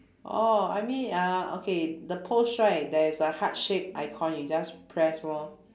orh I mean uh okay the post right there is a heart shape icon you just press lor